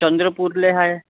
चंद्रपूरला आहे